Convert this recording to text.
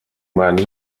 majandus